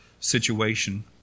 situation